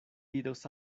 diros